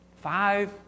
Five